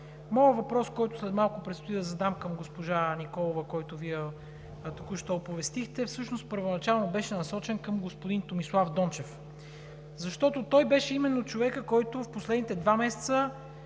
Моят въпрос, който след малко предстои да задам към госпожа Николова, който Вие току-що оповестихте, всъщност първоначално беше насочен към господин Томислав Дончев, защото той беше именно човекът, който в последните два месеца